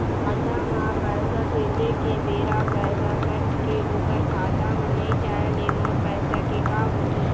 खाता म पैसा भेजे के बेरा पैसा कट के ओकर खाता म नई जाय ले मोर पैसा के का होही?